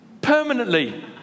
Permanently